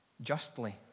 justly